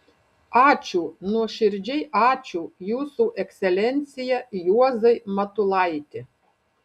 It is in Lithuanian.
ačiū nuoširdžiai ačiū jūsų ekscelencija juozai matulaiti